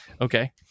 Okay